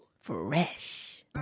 Fresh